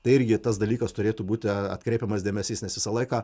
tai irgi tas dalykas turėtų būti atkreipiamas dėmesys nes visą laiką